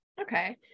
Okay